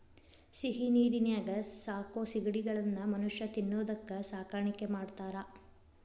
ಸಿಹಿನೇರಿನ್ಯಾಗ ಸಾಕೋ ಸಿಗಡಿಗಳನ್ನ ಮನುಷ್ಯ ತಿನ್ನೋದಕ್ಕ ಸಾಕಾಣಿಕೆ ಮಾಡ್ತಾರಾ